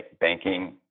banking